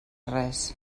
res